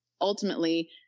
ultimately